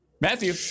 Matthew